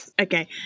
Okay